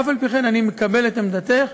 אף-על-פי-כן אני מקבל את עמדתך,